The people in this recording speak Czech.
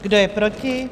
Kdo je proti?